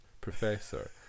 professor